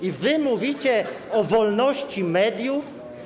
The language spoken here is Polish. I wy mówicie o wolności mediów?